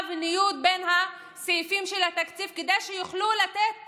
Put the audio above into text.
וניוד בין הסעיפים של התקציב כדי שיוכלו לתת